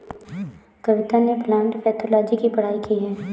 कविता ने plant pathology की पढ़ाई की है